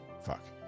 Fuck